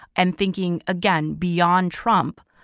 and thinking again beyond trump,